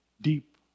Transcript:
deep